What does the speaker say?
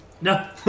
No